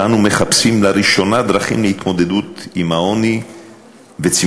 שבה אנו מחפשים לראשונה דרכים להתמודדות עם העוני וצמצומו,